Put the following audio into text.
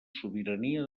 sobirania